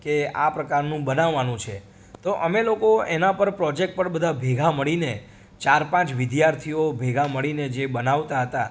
કે આ પ્રકારનું બનાવાનું છે તો અમે લોકો એના પર પ્રોજેક્ટ પર બધા ભેગા મળીને ચાર પાંચ વિદ્યાર્થીઓ ભેગા મળીને જે બનાવતા હતા